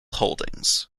holdings